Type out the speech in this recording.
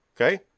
Okay